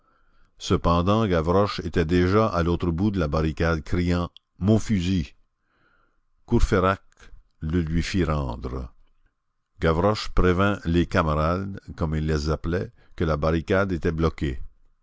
cependant gavroche était déjà à l'autre bout de la barricade criant mon fusil courfeyrac le lui fit rendre gavroche prévint les camarades comme il les appelait que la barricade était bloquée